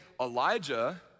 Elijah